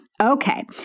Okay